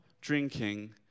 drinking